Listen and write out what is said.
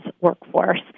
workforce